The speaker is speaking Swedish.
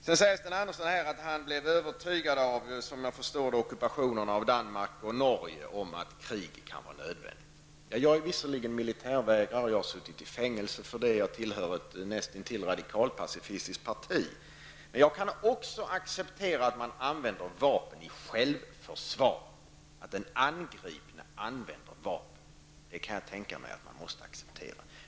Sedan säger Sten Andersson att ockupationen av Danmark och Norge övertygade honom om att krig kan vara nödvändigt. Jag är visserligen militärvägrare och har suttit i fängelse för det, och jag tillhör ett näst intill radikalpacifistiskt parti, men jag kan också acceptera att man använder vapen i självförsvar. Att den angripne använder vapen, kan jag tänka mig att man måste acceptera.